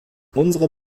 unserer